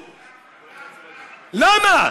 למה?